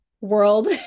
world